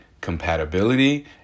compatibility